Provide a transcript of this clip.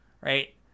right